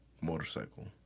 motorcycle